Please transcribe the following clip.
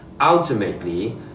ultimately